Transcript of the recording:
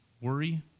worry